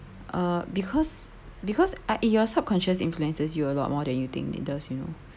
uh because because I in your subconscious influences you a lot more than you think it does you know